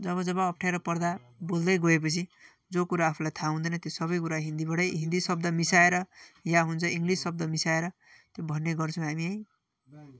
जब जब अप्ठ्यारो पर्दा बोल्दै गएपछि जो कुरा आफूलाई था हुँदैन त्यो सबै कुरा हिन्दीबाटै हिन्दी शब्द मिसाएर या हुन्छ इङ्ग्लिस शब्द मिसाएर भन्ने गर्छौँ हामी है